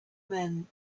men